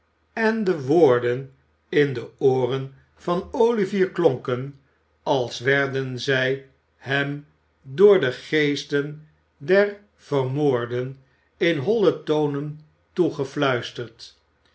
en de woorden in de ooren van olivier klonken als werden zij hem door de geesten der vermoorden in holle tonen